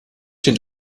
den